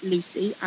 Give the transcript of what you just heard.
Lucy